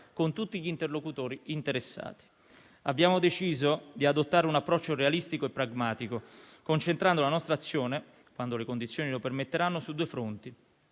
con tutti gli interlocutori interessati. Abbiamo deciso di adottare un approccio realistico e pragmatico, concentrando la nostra azione, quando le condizioni lo permetteranno, su due fronti: